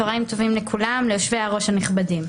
צוהריים טובים לכולם, ליושבי הראש הנכבדים.